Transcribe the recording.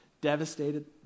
devastated